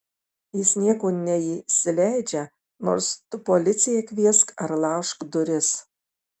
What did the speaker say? jis nieko neįsileidžia nors tu policiją kviesk ar laužk duris